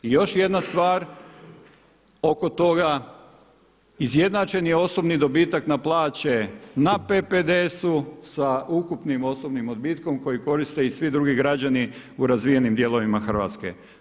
I još jedna stvar oko toga, izjednačen je osobni dobitak na plaće na PPDS-u sa ukupnim osobnim odbitkom koji koriste i svi drugi građani u razvijenim dijelovima Hrvatske.